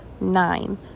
Nine